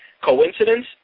Coincidence